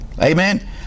Amen